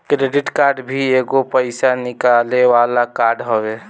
credit card भी एगो पईसा निकाले वाला कार्ड हवे